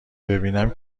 ببینیم